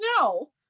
no